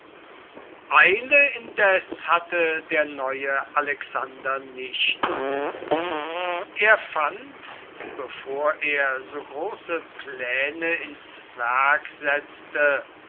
eile indes hatte der neue alexander nicht erfand bevor er so große pläne ins werk setzte